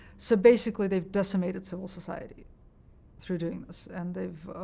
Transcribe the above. so basically they've decimated civil society through doing this, and they've